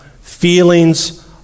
feelings